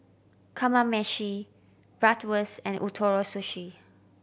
Kamameshi Bratwurst and Ootoro Sushi